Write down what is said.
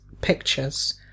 pictures